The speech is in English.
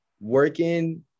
working